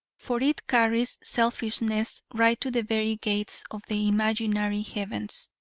for it carries selfishness right to the very gates of the imaginary heavens.